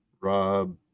Rob